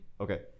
Okay